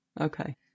Okay